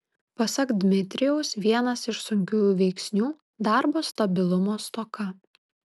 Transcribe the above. pasak dmitrijaus vienas iš sunkiųjų veiksnių darbo stabilumo stoka